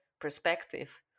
perspective